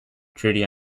treaty